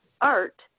art